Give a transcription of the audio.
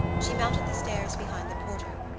she mounted the stairs behind the porter,